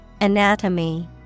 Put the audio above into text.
Anatomy